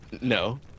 No